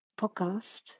podcast